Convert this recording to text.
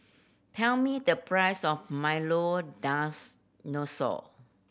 tell me the price of milo